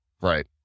Right